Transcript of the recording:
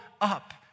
up